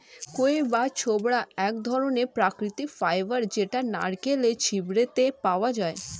কইর বা ছোবড়া এক ধরণের প্রাকৃতিক ফাইবার যেটা নারকেলের ছিবড়েতে পাওয়া যায়